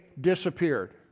disappeared